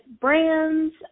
brands